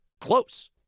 close